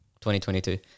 2022